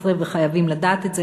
וחייבים לדעת את זה.